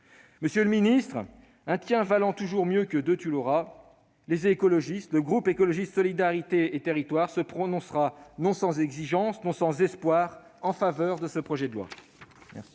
Monsieur le ministre, un tiens valant toujours mieux que deux tu l'auras, le groupe Écologiste - Solidarité et Territoires se prononcera, non sans exigence, non sans espoir, en faveur de ce projet de loi.